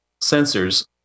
sensors